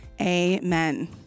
amen